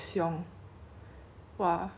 but I mean the hundred horses hor